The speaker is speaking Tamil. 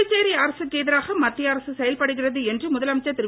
புதுச்சேரி அரசுக்கு எதிராக மத்திய அரசு செயல்படுகிறது என்று முதலமைச்சர் திரு